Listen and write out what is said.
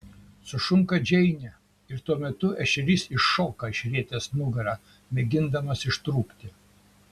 sušunka džeinė ir tuo metu ešerys iššoka išrietęs nugarą mėgindamas ištrūkti